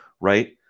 right